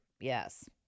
Yes